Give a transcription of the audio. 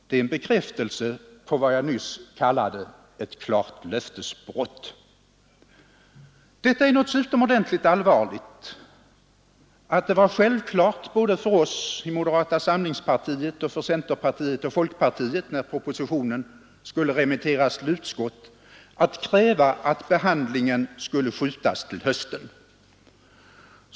Det är bekräftelse på vad jag nyss kallade ett klart löftesbrott. Detta är något så utomordentligt allvarligt att det var självklart både för oss i moderata samlingspartiet och för centerpartiet och folkpartiet när propositionen skulle remitteras till utskott att kräva att behandlingen skulle uppskjutas till hösten.